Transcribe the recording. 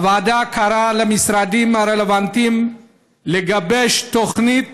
הוועדה קראה למשרדים הרלוונטיים לגבש תוכנית